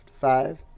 Five